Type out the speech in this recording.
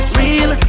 real